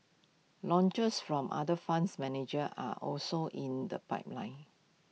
launches from other funds managers are also in the pipeline